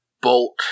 bolt